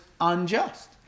unjust